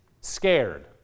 scared